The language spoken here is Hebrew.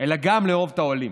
אלא גם לאהוב את העולים.